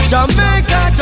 Jamaica